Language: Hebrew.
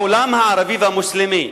העולם הערבי והמוסלמי,